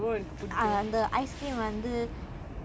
you have to word to put